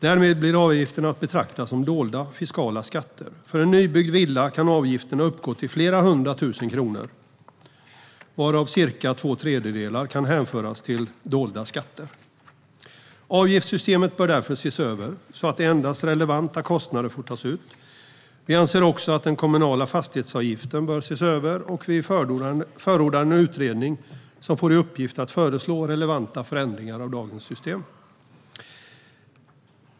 Därmed blir avgifterna att betrakta som dolda fiskala skatter. För en nybyggd villa kan avgifterna uppgå till flera hundra tusen kronor, varav cirka två tredjedelar kan hänföras till dolda skatter. Avgiftssystemet bör därför ses över så att endast relevanta kostnader får tas ut. Vi anser också att den kommunala fastighetsavgiften bör ses över, och vi förordar en utredning som får i uppgift att föreslå relevanta förändringar av dagens system.